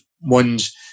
ones